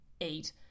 eight